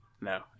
no